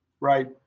right